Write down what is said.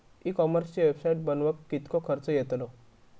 E कॉमर्सची website बनवक किततो खर्च येतलो?